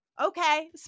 Okay